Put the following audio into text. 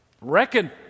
Reckon